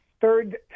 third